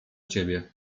ciebie